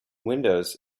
windows